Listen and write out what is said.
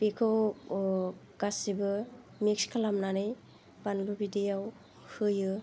बेखौ गासैबो मिक्स खालामनानै बानलु बिदैयाव होयो